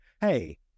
Hey